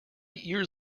years